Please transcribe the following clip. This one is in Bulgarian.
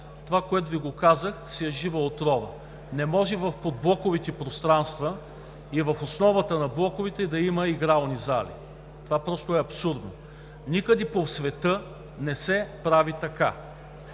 Това, което Ви го казах, си е жива отрова. Не може в подблоковите пространства и в основата на блоковете да има игрални зали. Това просто е абсурдно! Никъде по света не се прави така.